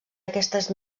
aquestes